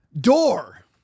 door